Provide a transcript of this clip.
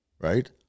Right